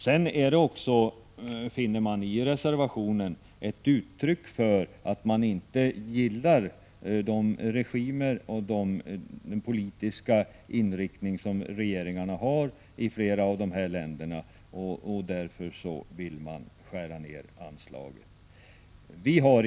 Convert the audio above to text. Det framgår också av reservationen att man inte gillar regimerna — den politiska inriktning som regeringarna har — i flera av dessa länder och att man därför vill skära ned anslaget.